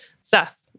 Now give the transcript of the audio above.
Seth